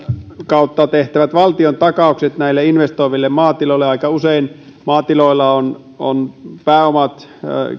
kautta tehtävät valtiontakaukset näille investoiville maatiloille aika usein maatiloilla pääomat on